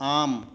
आम्